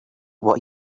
what